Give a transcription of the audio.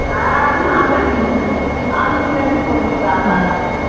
ஆ நான்தான் கான்ஃபிரன்ஸ் போட்டுருக்காங்களா சரி